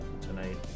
tonight